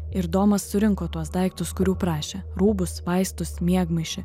ir domas surinko tuos daiktus kurių prašė rūbus vaistus miegmaišį